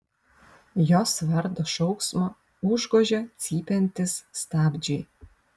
jos vardo šauksmą užgožia cypiantys stabdžiai